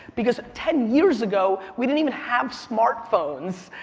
because ten years ago we didn't even have smart phones,